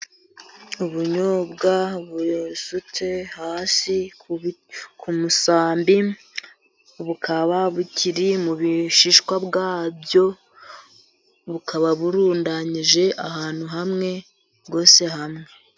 Ubunyobwa busutse hasi ku musambi .Bukaba bukiri mu bishishwa byabwo ,bukaba burundanyije ahantu hamwe bwose hamwe.